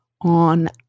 on